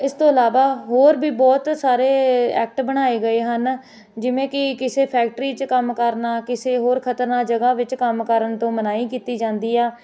ਇਸ ਤੋਂ ਇਲਾਵਾ ਹੋਰ ਵੀ ਬਹੁਤ ਸਾਰੇ ਐਕਟ ਬਣਾਏ ਗਏ ਹਨ ਜਿਵੇਂ ਕਿ ਕਿਸੇ ਫੈਕਟਰੀ 'ਚ ਕੰਮ ਕਰਨਾ ਕਿਸੇ ਹੋਰ ਖਤਰਨਾਕ ਜਗ੍ਹਾ ਵਿੱਚ ਕੰਮ ਕਰਨ ਤੋਂ ਮਨਾਹੀ ਕੀਤੀ ਜਾਂਦੀ ਆ